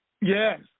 yes